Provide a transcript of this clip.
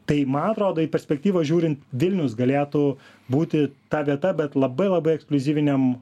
tai man atrodo į perspektyvą žiūrint vilnius galėtų būti ta vieta bet labai labai ekskliuzyviniam